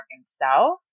South